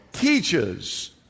teaches